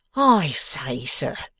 i say, sir